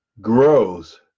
grows